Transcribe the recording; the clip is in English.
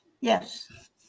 Yes